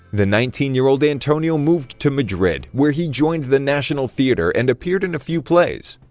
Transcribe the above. the nineteen year old antonio moved to madrid, where he joined the national theater and appeared in a few plays.